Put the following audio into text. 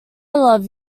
love